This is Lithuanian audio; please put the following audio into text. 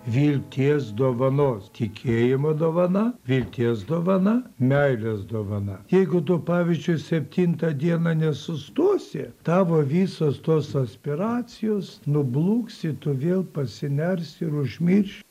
vilties dovanos tikėjimo dovana vilties dovana meilės dovana jeigu tu pavyzdžiui septintą dieną nesustosi tavo visos tos aspiracijos nubluks i tu vėl pasinersi ir užmirši